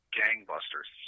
gangbusters